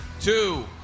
two